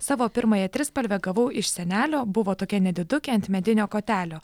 savo pirmąją trispalvę gavau iš senelio buvo tokia nedidukė ant medinio kotelio